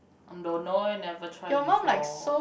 um don't know eh never try before